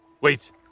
Wait